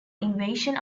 invasion